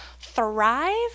thrive